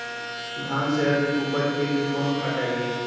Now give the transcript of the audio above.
धान के अधिक उपज के लिए कौन खाद डालिय?